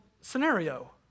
scenario